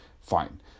Fine